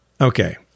Okay